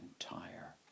entire